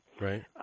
Right